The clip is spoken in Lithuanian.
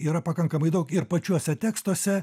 yra pakankamai daug ir pačiuose tekstuose